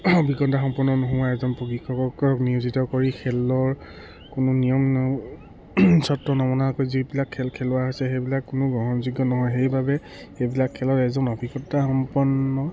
অভিজ্ঞতা সম্পন্ন নোহোৱা এজন প্ৰশিক্ষকক নিয়োজিত কৰি খেলৰ কোনো নিয়ম ন চৰ্ত নমনাকৈ যিবিলাক খেল খেলোৱা হৈছে সেইবিলাক কোনো গ্ৰহণযোগ্য নহয় সেইবাবে সেইবিলাক খেলত এজন অভিজ্ঞতা সম্পন্ন